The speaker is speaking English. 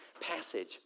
passage